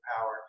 power